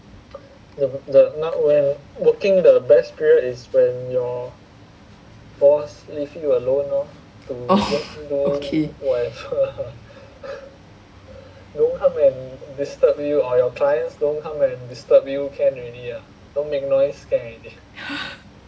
oh okay